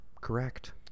Correct